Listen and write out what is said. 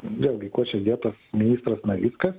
vėl gi kuo čia dėtas ministras navickas